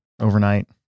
overnight